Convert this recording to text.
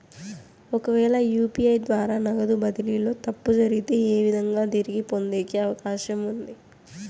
ఒకవేల యు.పి.ఐ ద్వారా నగదు బదిలీలో తప్పు జరిగితే, ఏ విధంగా తిరిగి పొందేకి అవకాశం ఉంది?